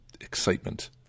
excitement